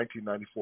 1994